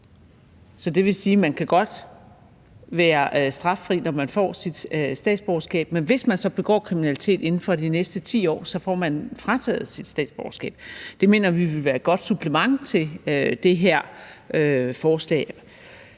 Så det vil sige, at man godt kan være straffri, når man får sit statsborgerskab, men hvis man så begår kriminalitet inden for de næste 10 år, får man frataget sit statsborgerskab. Det mener vi vil være et godt supplement til det her forslag.